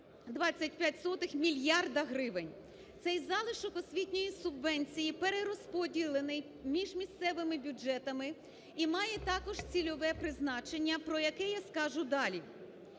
1,25 мільярда гривень. Цей залишок освітньої субвенції перерозподілений між місцевими бюджетами і має також цільове призначення, про яке я скажу далі.